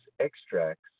extracts